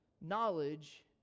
Knowledge